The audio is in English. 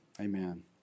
Amen